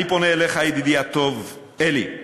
אני פונה אליך, ידידי הטוב אלי,